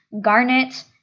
garnet